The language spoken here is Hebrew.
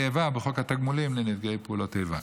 איבה בחוק התגמולים לנפגעי פעולות איבה.